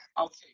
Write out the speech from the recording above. Okay